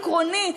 עקרוני,